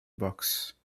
box